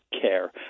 care